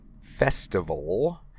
festival